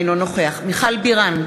אינו נוכח מיכל בירן,